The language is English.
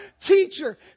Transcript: teacher